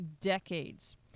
decades